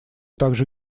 также